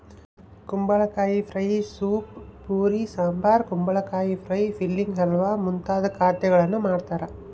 ಕುಂಬಳಕಾಯಿ pie soup puree sambar ಕುಂಬಳಕಾಯಿ pie filling halwa ಮುಂತಾದ ಖಾದ್ಯಗಳನ್ನು ಮಾಡ್ತಾರ